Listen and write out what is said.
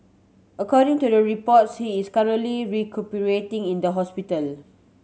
according to the reports he is currently recuperating in the hospital